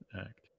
act